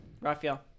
Raphael